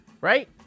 right